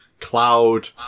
Cloud